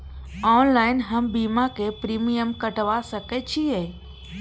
Online हम बीमा के प्रीमियम कटवा सके छिए?